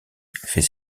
fait